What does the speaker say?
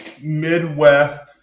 Midwest